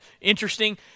interesting